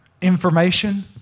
information